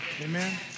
Amen